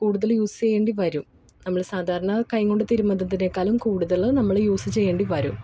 കൂടുതൽ യൂസ് ചെയ്യേണ്ടി വരും നമ്മൾ സാധാരണ കൈ കൊണ്ട് തിരുമ്മുന്നതിനേക്കാലും കൂടുതൽ നമ്മൾ യൂസ് ചെയ്യേണ്ടി വരും